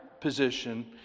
position